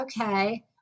okay